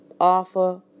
offer